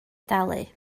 dalu